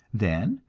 then,